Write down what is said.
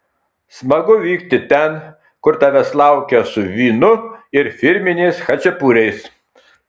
smagu vykti ten kur tavęs laukia su vynu ir firminiais chačiapuriais